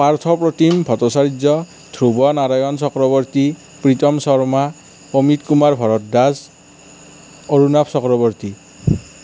Partha Pratim Bhattacharya Dhruba Narayan Chakraborty Pritam Sharma Amit Kumar Bhardwaj Arunabh Chakraborty